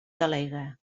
delegue